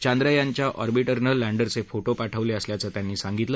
चांद्रयानच्या ऑबिंटरनं लँडरचे फोटो पाठवले असल्याचं त्यांनी सांगितलं